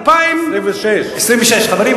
26. 26. חברים,